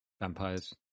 vampires